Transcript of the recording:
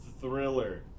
thriller